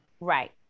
Right